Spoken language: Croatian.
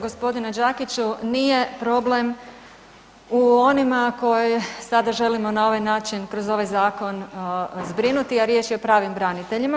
Gospodine Đakiću, nije problem u onima koje sada želimo na ovaj način kroz ovaj zakon zbrinuti, a riječ je o pravim braniteljima.